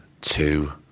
two